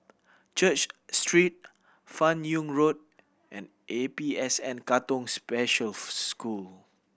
Church Street Fan Yoong Road and A P S N Katong Special School